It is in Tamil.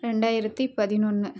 ரெண்டாயிரத்தி பதினொன்று